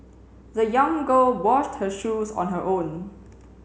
the young girl washed her shoes on her own